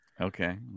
Okay